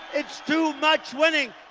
it's too much winning!